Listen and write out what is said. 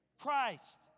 Christ